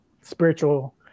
spiritual